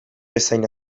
bezain